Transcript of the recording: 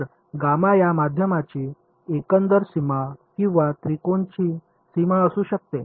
तर गामा या माध्यमाची एकंदर सीमा किंवा त्रिकोणाची सीमा असू शकते